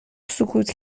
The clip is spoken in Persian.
سکوت